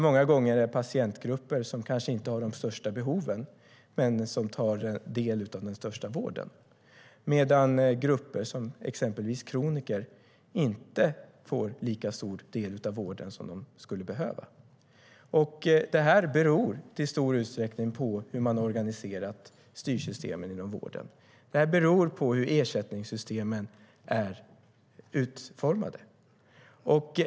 Många gånger är det patientgrupper som inte har de största behoven som får ta del av den största delen av vården, medan grupper, till exempel kroniker, inte får lika stor del av vården som de skulle behöva. Det här beror i stor utsträckning på hur man organiserat styrsystemen inom vården och hur ersättningssystemen är utformade.